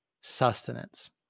sustenance